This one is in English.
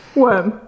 worm